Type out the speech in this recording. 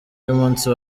y’umunsi